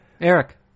Eric